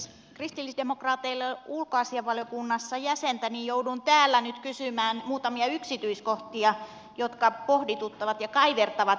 kristillisdemokraateilla ei ole ulkoasiainvaliokunnassa jäsentä niin joudun täällä nyt kysymään muutamia yksityiskohtia jotka pohdituttavat ja kaivertavat